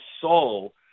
soul